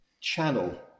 channel